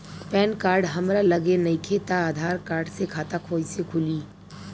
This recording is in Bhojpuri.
पैन कार्ड हमरा लगे नईखे त आधार कार्ड से खाता कैसे खुली?